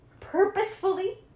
purposefully